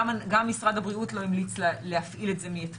גם משרד הבריאות לא המליץ להפעיל את זה מאתמול,